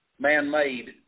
man-made